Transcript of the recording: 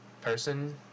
person